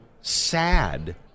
sad